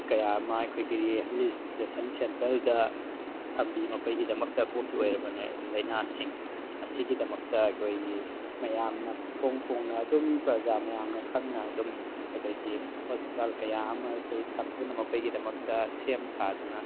ꯀꯌꯥ ꯑꯃ ꯑꯩꯈꯣꯏꯒꯤ ꯔꯤꯍꯦꯕꯤꯂꯤꯇꯦꯁꯟ ꯁꯦꯟꯇꯔꯗ ꯊꯝꯕꯤ ꯃꯈꯣꯏꯒꯤꯗꯃꯛꯇ ꯀꯣꯛꯀꯤ ꯑꯣꯏꯔꯕ ꯂꯥꯏꯅꯥꯁꯤꯡ ꯑꯁꯤꯒꯤꯗꯃꯛꯇ ꯑꯩꯈꯣꯏ ꯃꯌꯥꯝꯅ ꯏꯐꯣꯡ ꯐꯣꯡꯅ ꯑꯗꯨꯝ ꯄ꯭ꯔꯖꯥ ꯃꯌꯥꯝꯅ ꯈꯪꯅ ꯑꯗꯨꯝ ꯑꯩꯈꯣꯏꯒꯤ ꯍꯣꯁꯄꯤꯇꯥꯜ ꯀꯌꯥ ꯑꯃ ꯑꯩꯈꯣꯏ ꯊꯝꯗꯨꯅ ꯃꯈꯣꯏꯒꯤꯗꯃꯛꯇ ꯁꯦꯝ ꯁꯥꯗꯅ